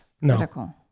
No